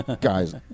guys